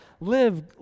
live